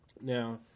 now